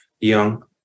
young